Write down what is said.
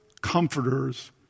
comforters